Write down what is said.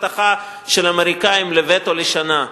הבטחה של אמריקנים לווטו לשנה,